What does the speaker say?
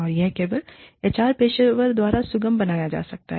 और यह केवल एच आर पेशेवर द्वारा सुगम बनाया जा सकता है